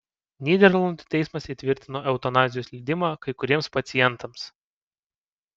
nyderlandų teismas įtvirtino eutanazijos leidimą kai kuriems pacientams